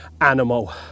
animal